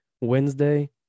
Wednesday